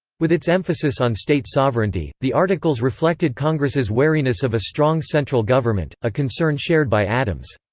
with its emphasis on state sovereignty, the articles reflected congress's wariness of a strong central government, a concern shared by adams.